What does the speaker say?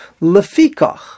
Lefikach